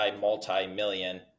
multi-million